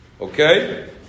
Okay